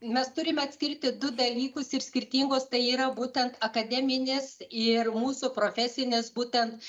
mes turime atskirti du dalykus ir skirtingos tai yra būtent akademinės ir mūsų profesinės būtent